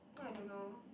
then I dunno